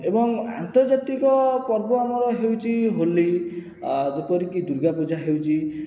ଏବଂ ଆନ୍ତର୍ଜାତୀକ ପର୍ବ ଆମର ହେଉଛି ହୋଲି ଯେପରିକି ଦୁର୍ଗା ପୂଜା ହେଉଛି